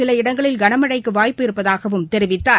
சில இடங்களில் கனமழைக்கு வாய்ப்பு இருப்பதாகவும் தெரிவித்தார்